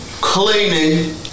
cleaning